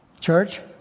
church